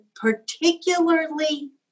particularly